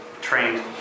trained